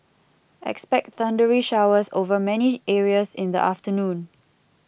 expect thundery showers over many areas in the afternoon